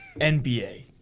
NBA